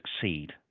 succeed